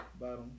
bottom